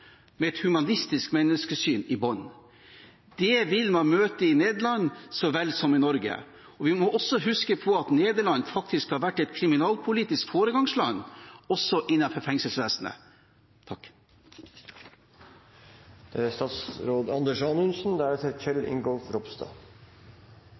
med et humanistisk menneskesyn i bunnen. Det vil man møte i Nederland så vel som i Norge. Vi må også huske på at Nederland faktisk har vært et kriminalpolitisk foregangsland, også innenfor fengselsvesenet.